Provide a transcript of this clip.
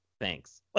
thanks